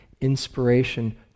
inspiration